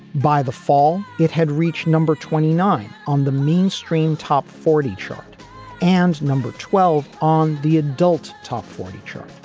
by the fall, it had reached number twenty nine on the mainstream top forty chart and number twelve on the adult top forty chart.